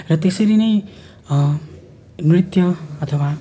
र त्यसरी नै नृत्य अथवा